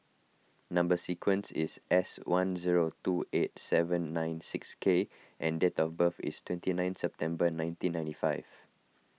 Number Sequence is S one zero two eight seven nine six K and date of birth is twenty nine September nineteen ninety five